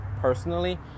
personally